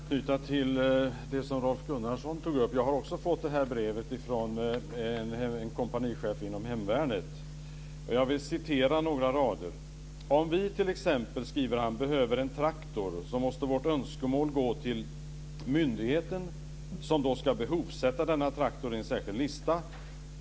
Fru talman! Jag tänker anknyta till det som Rolf Gunnarsson tog upp. Jag har också fått brevet från en kompanichef inom hemvärnet. Jag vill läsa några rader: Om vi t.ex., skriver han, behöver en traktor måste vårt önskemål gå till myndigheten, som då ska behovsätta denna traktor på en särskild lista.